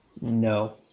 No